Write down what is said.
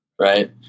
Right